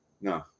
No